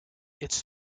its